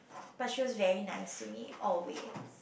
but she was very nice to me always